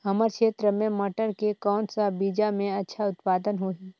हमर क्षेत्र मे मटर के कौन सा बीजा मे अच्छा उत्पादन होही?